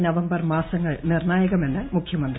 November മാസങ്ങൾ ് നിർണ്ണായകമെന്ന് മുഖ്യമന്ത്രി